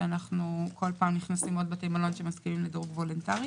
אנחנו כל פעם וולונטרי נכנסים לעוד בתי מלון שמסכימים לדירוג וולונטרי.